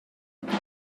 dros